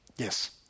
Yes